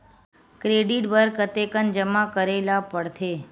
Credit बर कतेकन जमा करे ल पड़थे?